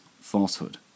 falsehood